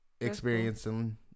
experiencing